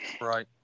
Right